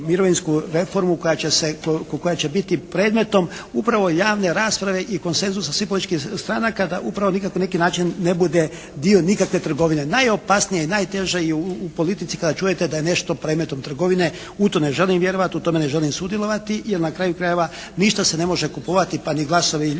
mirovinsku reformu koja će se, koja će biti predmetom upravo javne rasprave i konsenzusa svih političkih stranaka da upravo nikako na neki način ne bude dio nikakve trgovine. Najopasnije, najteže je u politici kada čujete da je nešto predmetom trgovine. U to ne želim vjerovati, u tome ne želim sudjelovati jer na kraju krajeva ništa se ne može kupovati pa ni glasovi ljudi,